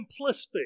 simplistic